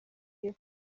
iyo